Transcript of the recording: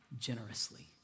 generously